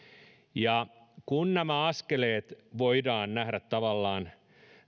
kun nämä askeleet voidaan nähdä tavallaan